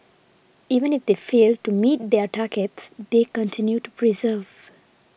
even if they failed to meet their targets they continue to persevere